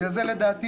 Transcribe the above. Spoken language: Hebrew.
לכן לדעתי